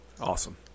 awesome